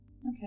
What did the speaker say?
Okay